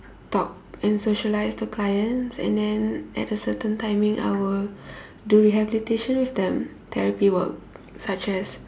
talk and socialize to clients and then at a certain timing I will do rehabilitation with them therapy work such as